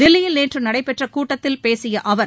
தில்லியில் நேற்றுநடைபெற்றகூட்டத்தில் பேசியஅவர்